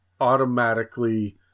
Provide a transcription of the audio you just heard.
automatically